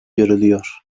görülüyor